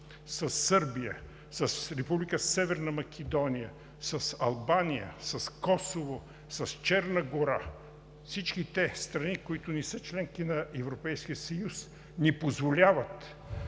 със Сърбия, с Република Северна Македония, с Албания, с Косово, с Черна гора – всички тези страни, които не са членки на Европейския съюз, ни позволяват